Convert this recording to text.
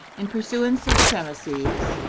in pursuance of the premises,